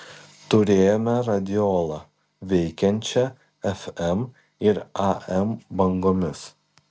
turėjome radiolą veikiančią fm ir am bangomis